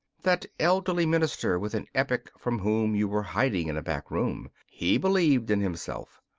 that elderly minister with an epic from whom you were hiding in a back room, he believed in himself.